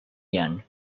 yen